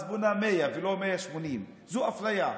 אז בונה 100 ולא 180. זו אפליה.